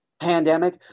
pandemic